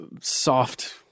soft